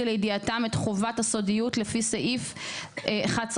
לידיעתם את חובת הסודיות לפי סעיף 11ב,